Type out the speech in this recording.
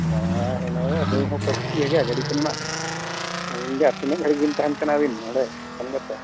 ᱢᱟ ᱤᱱᱟᱹ ᱟᱹᱞᱤᱧ ᱦᱚᱸ ᱠᱷᱚᱨᱚᱪ ᱤᱭᱟᱹᱜᱮ ᱜᱟᱹᱰᱤ ᱠᱚᱨᱮᱱᱟᱜ ᱥᱟᱺᱜᱤᱧ ᱜᱮᱭᱟ ᱛᱤᱱᱟᱹᱜ ᱜᱷᱟᱹᱲᱤᱡ ᱵᱤᱱ ᱛᱟᱦᱮᱱᱟ ᱚᱸᱰᱮ ᱥᱮᱱ ᱠᱟᱛᱮᱫ